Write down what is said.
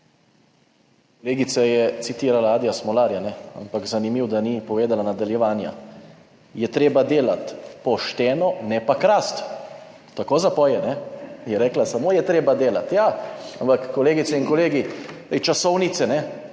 Kolegica je citirala Adija Smolarja, ampak zanimivo, da ni povedala nadaljevanja. "Je treba delat, pošteno, ne pa krast", tako zapoje. Je rekla, samo je treba delat. Ja, ampak kolegice in kolegi, glej, časovnice,